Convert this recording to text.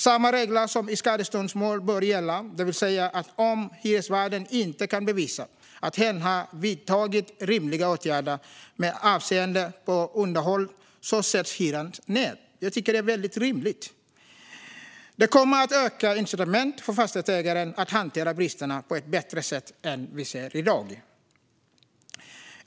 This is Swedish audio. Samma regler som i skadeståndsmål bör gälla, det vill säga att om hyresvärden inte kan bevisa att hen har vidtagit rimliga åtgärder med avseende på underhållet ska hyran sättas ned. Jag tycker att det är väldigt rimligt. Detta kommer att öka incitamenten för fastighetsägare att hantera bristerna på ett bättre sätt än vad vi ser i dag.